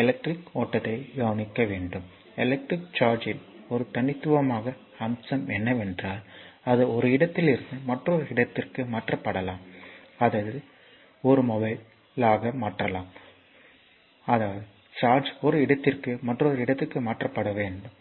electric ஓட்டத்தை கவனியுங்கள் electric சார்ஜ்யின் ஒரு தனித்துவமான அம்சம் என்னவென்றால் அது ஒரு இடத்திலிருந்து மற்றொரு இடத்திற்கு மாற்றப்படலாம் அதாவது அது மொபைல் அதாவது சார்ஜ் ஒரு இடத்திற்கு மற்றொரு இடத்திற்கு மாற்றப்படலாம்